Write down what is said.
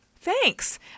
Thanks